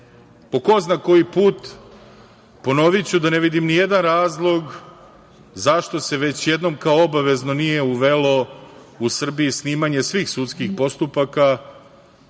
ko zna koji put ponoviću da ne vidim ni jedan razlog zašto se već jednom kao obavezno nije uvelo u Srbiji snimanje svih sudskih postupaka,